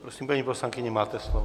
Prosím, paní poslankyně, máte slovo.